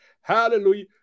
Hallelujah